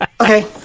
okay